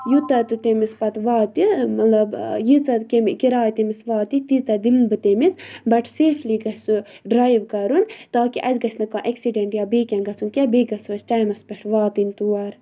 یوٗتاہ تہٕ تٔمِس پَتہٕ واتہِ مطلب ییٖژاہ کیٚمہِ کِراے تٔمِس واتہِ تیٖژاہ دِمہٕ بہٕ تٔمِس بٹ سیفلی گژھِ سُہ ڈرٛایو کَرُن تاکہِ اَسہِ گژھِ نہٕ کانٛہہ اٮ۪کسِڈٮ۪نٛٹ یا بیٚیہِ کینٛہہ گژھُن کیٛاہ بیٚیہِ گژھو أسۍ ٹایمَس پٮ۪ٹھ واتٕنۍ تور